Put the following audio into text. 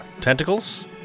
tentacles